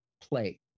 play